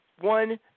one